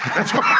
that's how